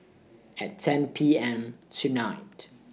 At ten P M tonight